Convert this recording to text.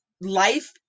life